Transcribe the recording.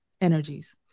energies